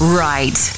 right